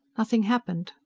nothing happened.